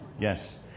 yes